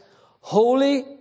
holy